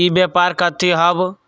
ई व्यापार कथी हव?